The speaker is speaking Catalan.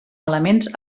elements